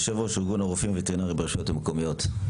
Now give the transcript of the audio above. יושב-ראש ארגון הרופאים הווטרינרים ברשויות המקומיות,